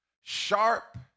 sharp